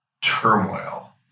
turmoil